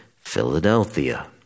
Philadelphia